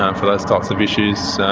um for those types of issues.